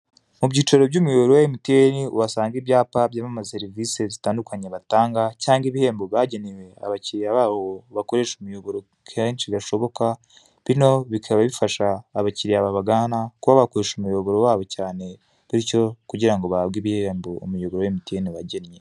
Mu byicaro by'umuyoboro wa MTN uhasanga ibyapa byamamaza serivisi zitandukanye batanga cyangwa ibihembo byagenewe abakiriya babo bakoresha umuyoboro kenshi gashoboka, bino bikaba bifasha abakiriya babagana kuba bakoresha umuyoboro wabo cyane, bityo kugira ngo bahabwe ibihembo umuyoboro wa MTN wagennye.